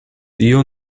tio